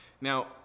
now